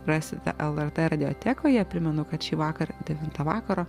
rasite lrt radiotekoje primenu kad šįvakar devintą vakaro